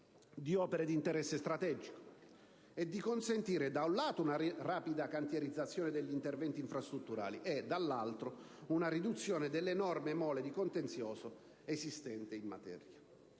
di opere di interesse strategico - e di consentire, da un lato, una rapida cantierizzazione degli interventi infrastrutturali e, dall'altro, una riduzione dell'enorme mole di contenzioso esistente in materia.